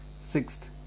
Sixth